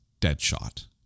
Deadshot